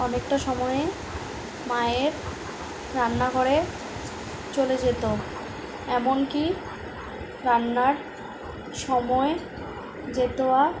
অনেকটা সময়ে মায়ের রান্নাঘরে চলে যেতো এমনকি রান্নার সময় যেত